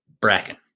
Bracken